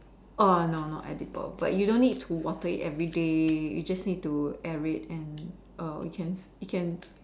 uh no not edible but you don't need to water it everyday you just need to air it and uh it can it can